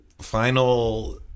final